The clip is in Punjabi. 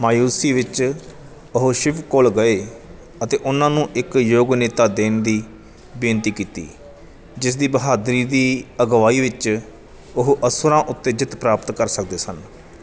ਮਾਯੂਸੀ ਵਿੱਚ ਉਹ ਸ਼ਿਵ ਕੋਲ ਗਏ ਅਤੇ ਉਹਨਾਂ ਨੂੰ ਇੱਕ ਯੋਗ ਨੇਤਾ ਦੇਣ ਦੀ ਬੇਨਤੀ ਕੀਤੀ ਜਿਸ ਦੀ ਬਹਾਦਰੀ ਦੀ ਅਗਵਾਈ ਵਿੱਚ ਉਹ ਅਸੁਰਾਂ ਉੱਤੇ ਜਿੱਤ ਪ੍ਰਾਪਤ ਕਰ ਸਕਦੇ ਸਨ